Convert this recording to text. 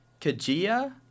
Kajia